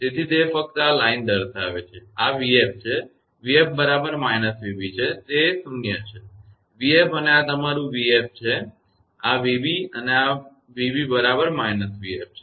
તેથી તે ફક્ત આ લાઇન દર્શાવે છે અને આ 𝑣𝑓 છે 𝑣𝑓 બરાબર −𝑣𝑏 છે તેથી તે શૂન્ય છે 𝑣𝑓 અને આ તમારું 𝑣𝑓 છે અને આ 𝑣𝑏 અને 𝑣𝑏બરાબર −𝑣𝑓 છે